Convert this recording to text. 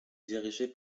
dirigé